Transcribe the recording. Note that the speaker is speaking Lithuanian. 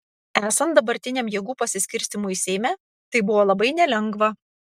esant dabartiniam jėgų pasiskirstymui seime tai buvo labai nelengva